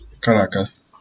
Caracas